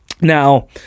Now